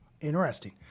interesting